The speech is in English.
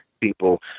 people